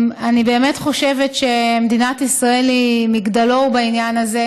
אני באמת חושבת שמדינת ישראל היא מגדלור בעניין הזה,